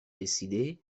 رسیده